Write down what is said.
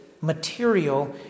material